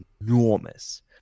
enormous